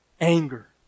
anger